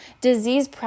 disease